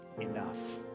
enough